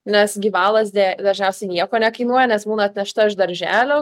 nes gyvalazdė dažniausiai nieko nekainuoja nes būna atvežta iš darželio